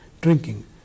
drinking